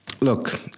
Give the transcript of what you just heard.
Look